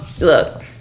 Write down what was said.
look